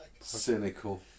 Cynical